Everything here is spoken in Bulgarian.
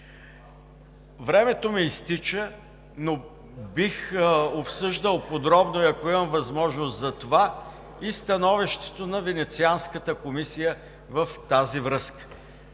Времето ми изтича, но бих обсъждал подробно и ако имам възможност за това и становището на Венецианската комисия в тази връзка.